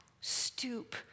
stoop